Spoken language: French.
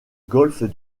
golfe